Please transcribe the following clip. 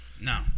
no